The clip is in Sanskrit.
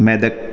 मेदक्